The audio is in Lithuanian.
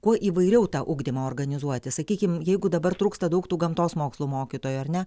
kuo įvairiau tą ugdymą organizuoti sakykim jeigu dabar trūksta daug tų gamtos mokslų mokytojų ar ne